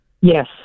Yes